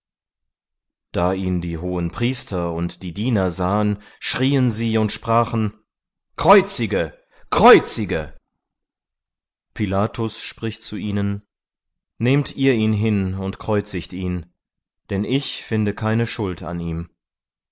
da ihn die hohenpriester und die diener sahen schrieen sie und sprachen kreuzige kreuzige pilatus spricht zu ihnen nehmt ihr ihn hin und kreuzigt ihn denn ich finde keine schuld an ihm